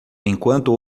enquanto